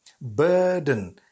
burden